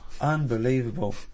Unbelievable